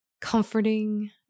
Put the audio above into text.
comforting